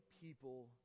people